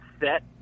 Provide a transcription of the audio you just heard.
set